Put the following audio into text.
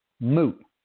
moot